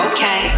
Okay